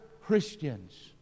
Christians